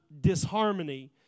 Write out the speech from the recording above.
disharmony